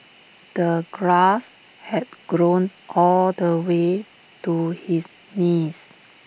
the grass had grown all the way to his knees